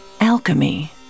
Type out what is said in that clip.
alchemy